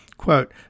Quote